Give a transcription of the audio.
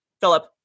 philip